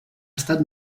estat